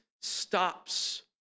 stops